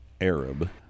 Arab